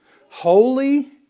Holy